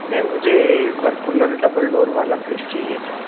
ma'am मुझे Whirlpool double door वाला fridge चाहिए था